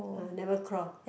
uh never crawl